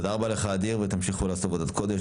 תודה רבה לך אדיר ותמשיכו לעשות עבודת קודש.